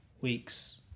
weeks